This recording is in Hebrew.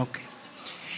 אוקיי.